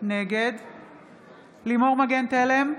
מגן תלם,